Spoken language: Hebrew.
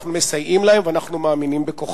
שאנחנו מסייעים להם ואנחנו מאמינים בכוחם.